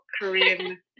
Korean